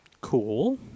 Cool